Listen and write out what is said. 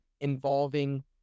involving